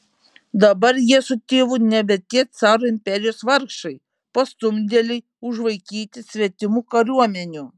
dabar jie su tėvu nebe tie caro imperijos vargšai pastumdėliai užvaikyti svetimų kariuomenių